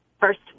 first